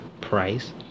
Price